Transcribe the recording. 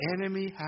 enemy